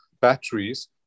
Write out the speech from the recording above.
batteries